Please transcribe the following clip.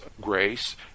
grace